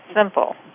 simple